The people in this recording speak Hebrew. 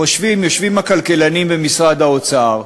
חושבים: יושבים הכלכלנים במשרד האוצר,